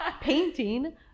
Painting